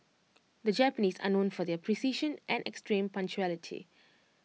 the Japanese are known for their precision and extreme punctuality